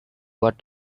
what